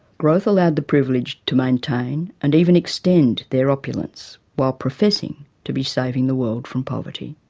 growth allowed the privileged to maintain and even extend their opulence, while professing to be saving the world from poverty.